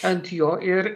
ant jo ir